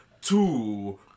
two